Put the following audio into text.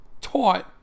taught